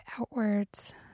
outwards